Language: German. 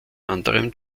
anderem